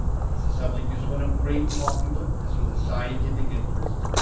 and as the subject is one of great, popular, as well as scientific interest,